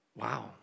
Wow